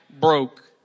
broke